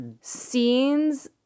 scenes